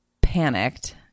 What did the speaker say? panicked